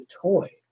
toy